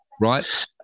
Right